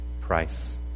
price